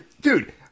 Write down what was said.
dude